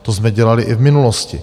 To jsme dělali i v minulosti.